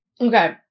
Okay